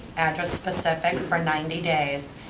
address specific for ninety days.